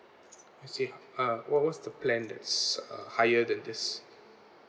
I see uh what what's the plan that's uh higher than this